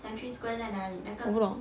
不懂